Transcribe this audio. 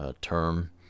Term